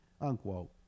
unquote